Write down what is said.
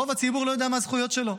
רוב הציבור לא יודע מה הזכויות שלו,